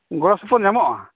ᱜᱚᱲᱚ ᱥᱚᱯᱚᱫ ᱧᱟᱢᱚᱜᱼᱟ